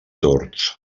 tords